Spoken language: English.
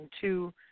two